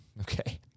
Okay